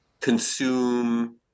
consume